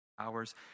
hours